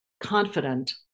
confident